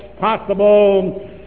possible